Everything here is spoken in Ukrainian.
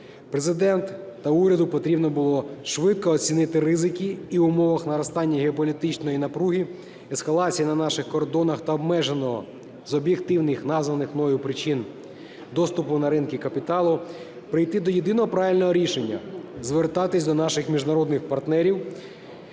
Президенту та уряду потрібно було швидко оцінити ризики і в умовах наростання геополітичної напруги, ескалації на наших кордонах та обмеженого, з об'єктивних, названих мною причин, доступу на ринки капіталу прийти до єдиного правильного рішення – звертатися до наших міжнародних партнерів.